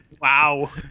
Wow